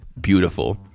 beautiful